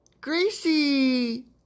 Gracie